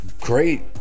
Great